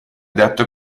detto